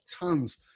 tons